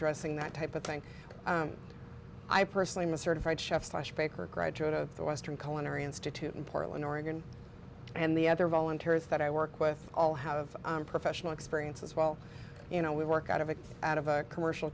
dressing that type of thing i personally am a certified chef slash baker graduate of the western colon or institute in portland oregon and the other volunteers that i work with all have professional experience as well you know we work out of it out of a commercial